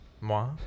Moi